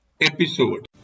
episode